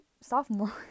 sophomore